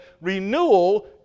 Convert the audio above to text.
renewal